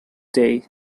day